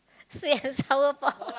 say as hello